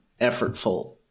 effortful